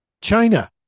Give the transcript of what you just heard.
China